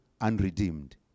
unredeemed